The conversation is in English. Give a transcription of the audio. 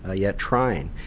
ah yet trying,